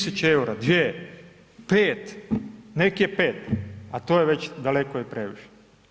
1000 eura, dvije, pet? nek je pet a to je već daleko i previše.